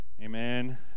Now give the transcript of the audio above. Amen